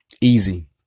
Easy